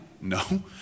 No